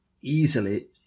easily